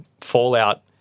fallout